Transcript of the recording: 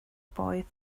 boy